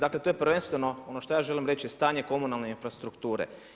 Dakle to je prvenstveno ono što ja želim reći stanje komunalne infrastrukture.